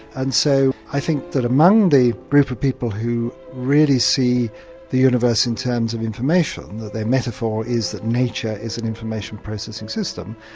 and so i think that among the group of people who really see the universe in terms of information, that their metaphor is that nature is an information processing system,